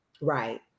Right